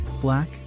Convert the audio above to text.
black